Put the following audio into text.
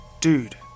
dude